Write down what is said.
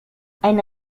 eine